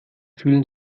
fühlen